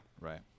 Right